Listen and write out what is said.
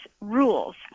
rules